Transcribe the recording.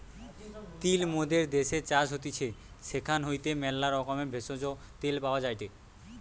তিল মোদের দ্যাশের চাষ হতিছে সেখান হইতে ম্যালা রকমের ভেষজ, তেল পাওয়া যায়টে